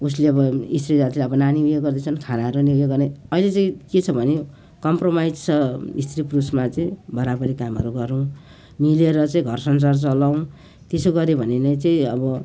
उसले अब स्त्री जातिलाई अब नानी अब उयो गर्दैछ भने खानाहरू नि उयो गर्ने अहिले चाहिँ के छ भने कम्प्रोमाइज छ स्त्री पुरुषमा चाहिँ बराबरी कामहरू गरौँ मिलेर चाहिँ घर संसार चलाऊँ त्यसो गऱ्यो भने नै चाहिँ अब